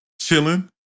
chilling